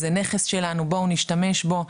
זה נכס שלנו, בואו נשתמש בו.